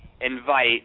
invite